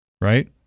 right